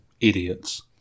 Idiots